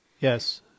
yes